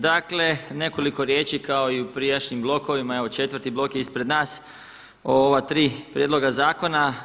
Dakle, nekoliko riječi kao i u prijašnjim blokovima, evo četvrti blok je ispred nas ova tri prijedloga zakona.